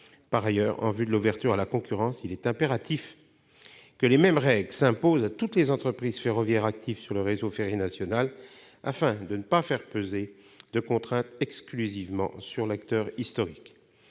Par ailleurs, en vue de l'ouverture à la concurrence, il est impératif que les mêmes règles s'imposent à toutes les entreprises ferroviaires actives sur le réseau ferré national, afin de ne pas faire peser des contraintes sur le seul acteur historique.